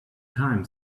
time